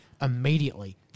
Immediately